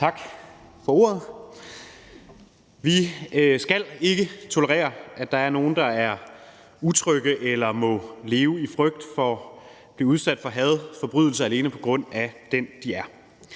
Tak for ordet. Vi skal ikke tolerere, at der er nogen, der er utrygge eller må leve i frygt for at blive udsat for hadforbrydelser alene på grund af, hvem de er.